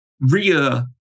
Ria